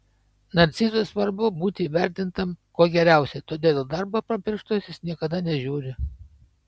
narcizui svarbu būti įvertintam kuo geriausiai todėl į darbą pro pirštus jis niekada nežiūri